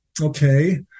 Okay